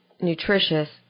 nutritious